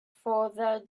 further